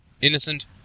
Innocent